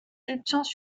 substance